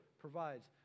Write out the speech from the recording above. provides